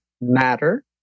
matter